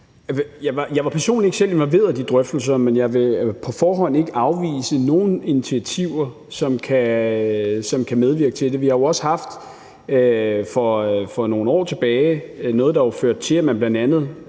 Jeg var personligt ikke selv involveret i de drøftelser, men jeg vil ikke på forhånd afvise nogen initiativer, som kan medvirke til det. Vi har jo også for nogle år tilbage haft noget, der førte til, at man bl.a.